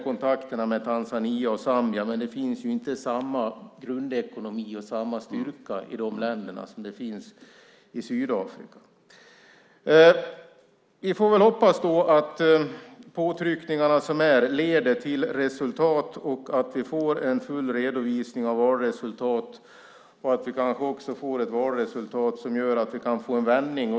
Kontakterna med Tanzania och Zambia är bra, men det finns ju inte samma grundekonomi och styrka i de länderna som i Sydafrika. Vi får väl hoppas att påtryckningarna leder till resultat och att vi får en full redovisning av valresultatet och att valresultatet gör att det blir en vändning.